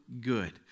good